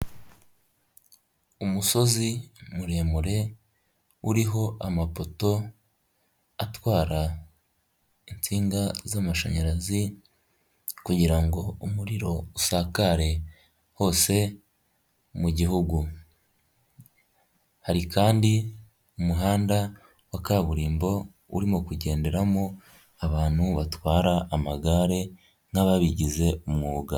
Umusozi muremure uriho amapoto atwara insinga z'amashanyarazi kugira ngo umuriro usakare hose mu gihugu, hari kandi umuhanda wa kaburimbo urimo kugenderamo abantu batwara amagare n'ababigize umwuga.